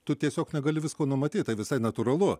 tu tiesiog negali visko numatyt tai visai natūralu